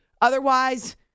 Otherwise